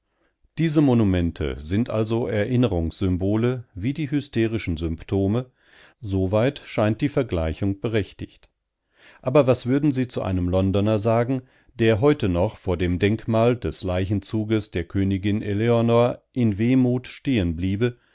diese monumente sind also erinnerungssymbole wie die hysterischen symptome soweit scheint die vergleichung berechtigt aber was würden sie zu einem londoner sagen der heute noch vor dem denkmal des leichenzuges der königin eleanor in wehmut stehen bliebe